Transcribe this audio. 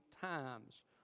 Times